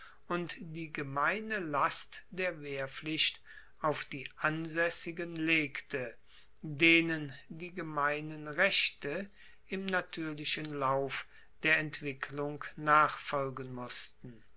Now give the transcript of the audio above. die gemeine last der wehrpflicht auf die ansaessigen legte denen die gemeinen rechte im natuerlichen lauf der entwicklung nachfolgen mussten